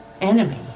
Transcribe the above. enemy